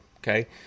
Okay